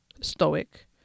stoic